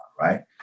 right